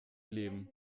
leben